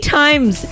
times